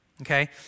Okay